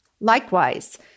Likewise